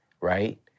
right